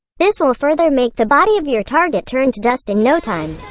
this will further make the body of your target turn to dust in no time.